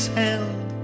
held